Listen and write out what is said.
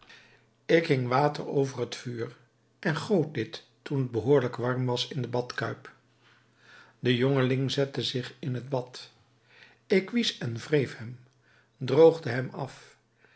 ik hing water over het vuur en goot dit toen het behoorlijk warm was in de badkuip de jongeling zette zich in het bad ik wiesch en wreef hem droogde hem af